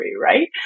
right